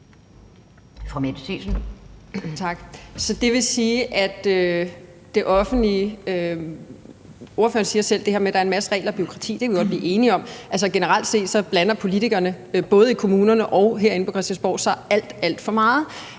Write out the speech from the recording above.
Mette Thiesen (NB): Tak. Ordføreren siger selv, at der er en masse regler og bureaukrati, og det kan vi godt blive enige om. Altså, generelt set blander politikerne både i kommunerne og herinde på Christiansborg sig alt, alt for meget,